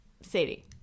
Sadie